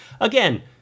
again